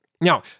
Now